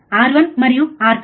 r1 మరియు r2